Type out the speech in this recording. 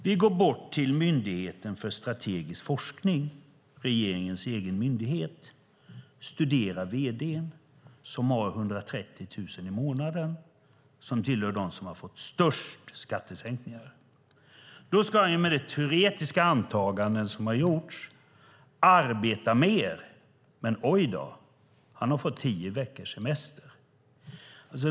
Vi går bort till Styrelsen för strategisk forskning, regeringens egen myndighet, och studerar vd:n som har 130 000 kronor i månaden och som tillhör dem som fått största skattesänkningarna. Med de teoretiska antaganden som gjorts ska han arbeta mer. Men oj då! Han har fått tio veckors semester!